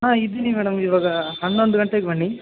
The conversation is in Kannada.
ಹಾಂ ಇದ್ದೀನಿ ಮೇಡಮ್ ಇವಾಗ ಹನ್ನೊಂದು ಗಂಟೆಗೆ ಬನ್ನಿ